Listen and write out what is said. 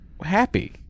happy